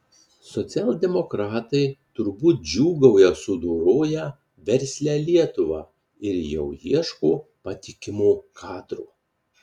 socialdemokratai turbūt džiūgauja sudoroję verslią lietuvą ir jau ieško patikimo kadro